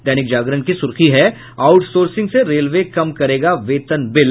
दैनिक जागरण की सुर्खी है आउटसोर्सिंग से रेलवे कम करेगा वेतन बिल